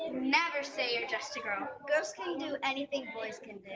never say you're just a girl. girls can do anything boys can